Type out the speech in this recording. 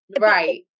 right